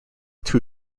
two